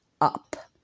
up